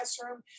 classroom